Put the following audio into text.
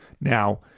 Now